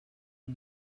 and